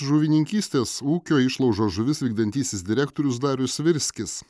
žuvininkystės ūkio išlaužos žuvis vykdantysis direktorius darius svirskis